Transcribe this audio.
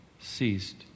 ceased